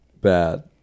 bad